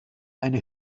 eine